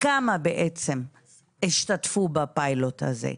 כמה בעצם השתתפו בפיילוט הזה?